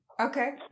Okay